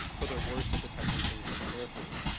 so they're worse at detecting things in the periphery.